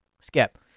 skip